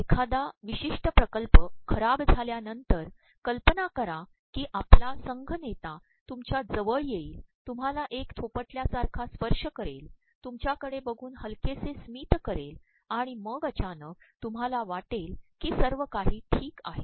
एखादा प्रवमशष्ि िकल्प खराब झाल्यानंतर कल्पना करा की आपला संघनेता तुमच्या जवळ येईल तुम्हाला एक र्ोपिल्यासारखा स्त्पशय करेल तुमच्याकडे बघून हलकेसे प्स्त्मत करेल आणण मग अचानक तुम्हाला वािेल की सवय काही ठीक आहे